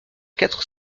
quatre